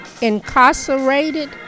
incarcerated